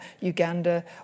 Uganda